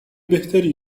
بهتری